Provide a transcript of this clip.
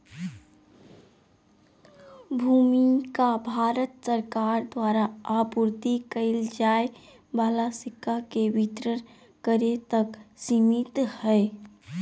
भूमिका भारत सरकार द्वारा आपूर्ति कइल जाय वाला सिक्का के वितरण करे तक सिमित हइ